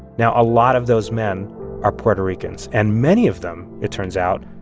now, a lot of those men are puerto ricans, and many of them, it turns out,